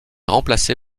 remplacé